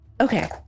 okay